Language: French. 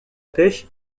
pêche